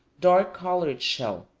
dark-colored shell.